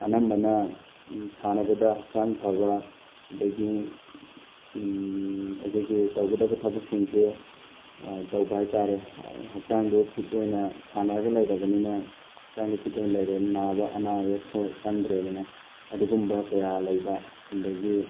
ꯑꯅꯝꯕꯅ ꯁꯥꯟꯅꯕꯗ ꯍꯛꯆꯥꯡ ꯐꯕ ꯑꯗꯒꯤ ꯑꯩꯈꯣꯏꯒꯤ ꯇꯧꯒꯗꯕ ꯊꯕꯛꯁꯤꯡꯁꯤ ꯇꯧꯕ ꯍꯥꯏꯇꯥꯔꯦ ꯍꯛꯆꯥꯡꯗꯨ ꯐꯤꯠ ꯑꯣꯏꯅ ꯁꯥꯟꯅꯔꯒ ꯂꯩꯔꯕꯅꯤꯅ ꯍꯛꯆꯥꯡꯗꯨ ꯐꯤꯠ ꯑꯣꯏꯅ ꯂꯩꯔꯦ ꯅꯥꯕ ꯑꯅꯥ ꯑꯌꯦꯛꯁꯨ ꯆꯪꯗ꯭ꯔꯦꯗꯅ ꯑꯗꯨꯒꯨꯝꯕ ꯀꯌꯥ ꯂꯩꯕ ꯑꯗꯒꯤ